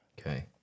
Okay